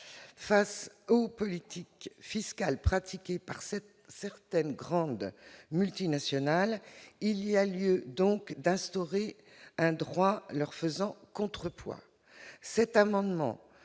Face aux politiques fiscales pratiquées par certains de ces grands groupes, il y a lieu d'instaurer un droit leur faisant contrepoids.